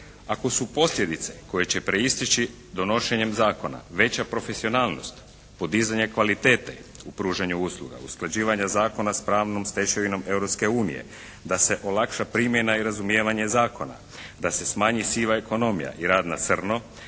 Ako su posljedice koje će proisteći donošenjem zakona veća profesionalnost, podizanje kvalitete u pružanju usluga, usklađivanje zakona s pravnom stečevinom Europske unije da se olakša primjena i razumijevanje zakona, da se smanji siva ekonomija i rad na crno,